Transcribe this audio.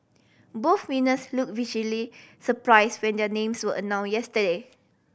both winners look surprise when their names were announce yesterday